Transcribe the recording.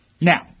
Now